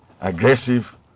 aggressive